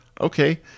Okay